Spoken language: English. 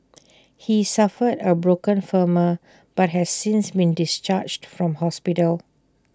he suffered A broken femur but has since been discharged from hospital